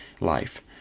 life